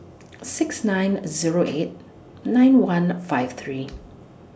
six nine Zero eight nine one five three